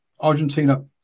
Argentina